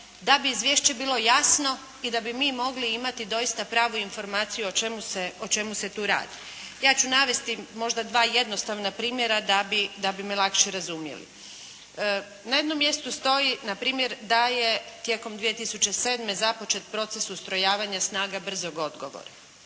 da bi izvješće bilo jasno i da bi mi mogli imati dosita pravu informaciju o čemu e tu radi. Ja ću navesti možda dva jednostavna primjera da bi me lakše razumjeli. Na jednom mjestu stoji na primjer da je tijekom 2007. započet proces ustrojavanja snaga brzog odgovora.